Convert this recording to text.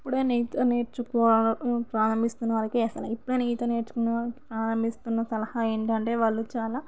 ఇప్పుడే ఈత నేర్చుకో ప్రారంభిస్తున్న వారికి అసలు ఈత నేర్చుకున్న వాళ్ళు సలహా ఏమిటంటే వాళ్ళు చాలా